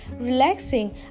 relaxing